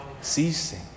ceasing